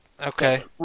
Okay